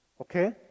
Okay